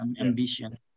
ambition